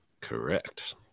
Correct